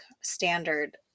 standard